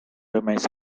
remains